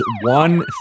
one